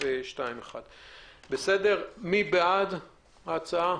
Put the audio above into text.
מי בעד ההצעה?